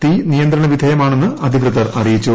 തീ നിയന്ത്രണവിധേയമാണെന്ന് അധികൃതർ അറിയിച്ചു